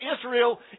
Israel